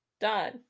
done